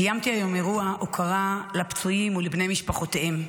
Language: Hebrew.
קיימתי היום אירוע הוקרה לפצועים ולבני משפחותיהם,